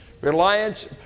reliance